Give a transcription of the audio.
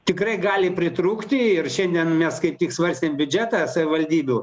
tikrai gali pritrūkti ir šiandien mes kaip tik svarstėm biudžetą savivaldybių